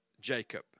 Jacob